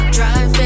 Drive